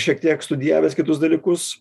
šiek tiek studijavęs kitus dalykus